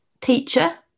teacher